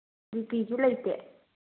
B ꯄꯤꯁꯨ ꯂꯩꯇꯦ